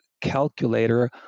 calculator